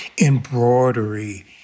embroidery